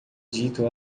dito